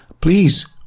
please